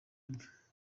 bwe